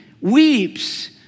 weeps